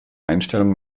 einstellung